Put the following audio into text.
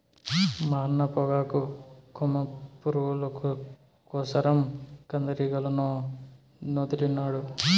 మా అన్న పొగాకు కొమ్ము పురుగుల కోసరం కందిరీగలనొదిలినాడు